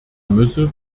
müsse